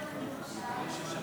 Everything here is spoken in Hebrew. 2024, אושרה